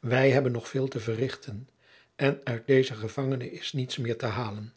wij hebben nog veel te verrichten en uit dezen gevangene is niets meer te halen